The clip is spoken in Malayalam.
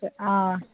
ആ